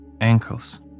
ankles